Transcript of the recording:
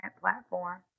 platform